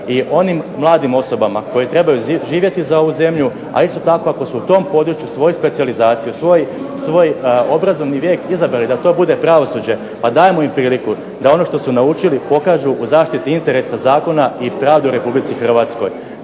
i onim mladim osobama koje trebaju živjeti za ovu zemlju, a isto tako ako su u tom području svoju specijalizaciju, svoj obrazovni vijek izabrali da to bude pravosuđe pa dajmo im priliku da ono što su naučili pokažu u zaštiti interesa zakona i pravde u RH. Kao i kod